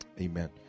Amen